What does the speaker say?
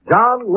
John